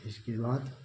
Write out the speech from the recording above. इसके बाद